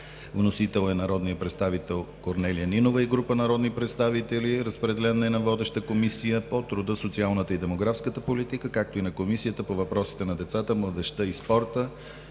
Вносители са народният представител Корнелия Нинова и група народни представители. Разпределен е на водещата Комисия по труда, социалната и демографската политика, както и на Комисията по въпросите на децата, младежта и спорта,